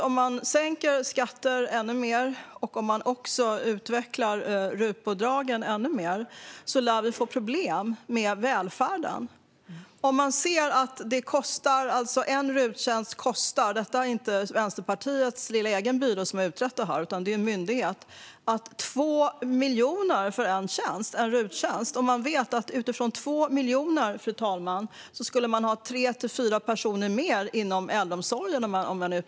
Om man sänker skatter ännu mer och utvecklar RUT-bidragen ännu mer lär vi få problem med välfärden. En RUT-tjänst kostar 2 miljoner. Det är inte Vänsterpartiets egen lilla byrå som utrett detta, utan det är en myndighet. Och vi vet, fru talman, att för 2 miljoner skulle man kunna ha 3-4 utbildade personer till inom äldreomsorgen.